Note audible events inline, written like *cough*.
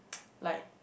*noise* like